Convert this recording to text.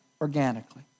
organically